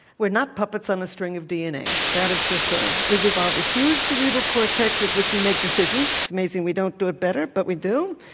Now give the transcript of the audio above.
we're not puppets on the string of dna, that is for sure. we've evolved a huge cerebral cortex with which we make decisions. it's amazing we don't do it better, but we do.